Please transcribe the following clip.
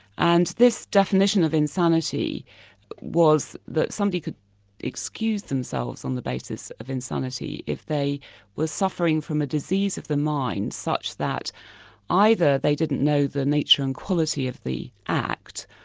and this definition of insanity was that somebody could excuse themselves on the basis of insanity if they were suffering from a disease of the mind such that either they didn't know the nature and quality of the act,